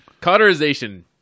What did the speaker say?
Cauterization